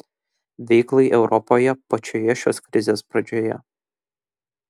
veiklai europoje pačioje šios krizės pradžioje